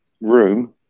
room